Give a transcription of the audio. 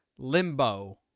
limbo